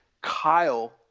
Kyle